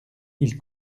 ils